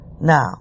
Now